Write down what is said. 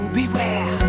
beware